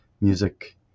music